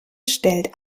stellt